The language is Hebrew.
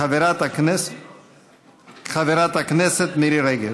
חברת הכנסת מירי רגב.